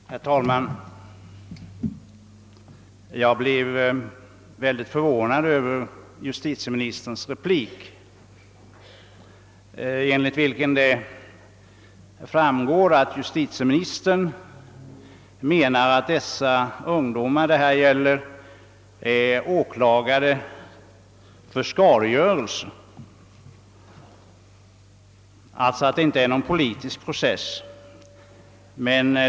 Herr talman! Jag blev mycket förvånad över justitieministerns replik, av vilken framgick att justitieministern menar att de ungdomar det här gäller är åtalade för skadegörelse och att det alltså inte är fråga om någon politisk process.